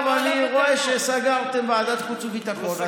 ועכשיו אני רואה שסגרתם על ועדת חוץ וביטחון,